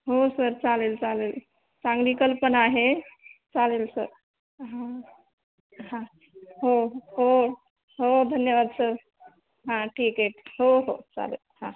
हो सर चालेल चालेल चांगली कल्पना आहे चालेल सर हां हां हो हो हो हो धन्यवाद सर हां ठीक आहे हो हो चालेल हां